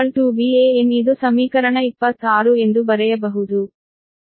DeqrVanಇದು ಸಮೀಕರಣ 26 ಎಂದು ಬರೆಯಬಹುದು